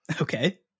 Okay